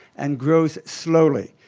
and grows slowly.